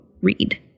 read